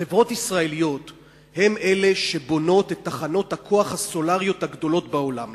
חברות ישראליות הן אלה שבונות את תחנות הכוח הסולריות הגדולות בעולם.